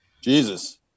Jesus